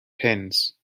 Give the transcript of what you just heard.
pens